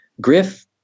Griff